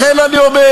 לכן אני אומר,